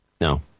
No